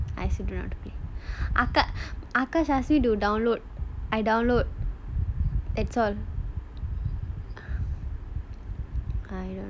I also don't know how to play akash ask me to download I download that's all